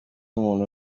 umuntu